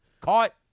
Caught